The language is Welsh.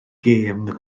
gêm